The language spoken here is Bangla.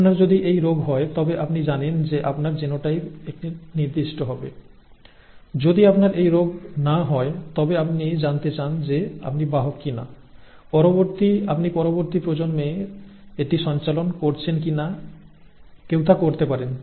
আপনার যদি এই রোগ হয় তবে আপনি জানেন যে আপনার জিনোটাইপ একটি নির্দিষ্ট হবে যদি আপনার এই রোগ না হয় তবে আপনি জানতে চান যে আপনি বাহক কিনা আপনি পরবর্তী প্রজন্মের এটি সঞ্চালিত করছেন কিনা কেউ তা করতে পারেন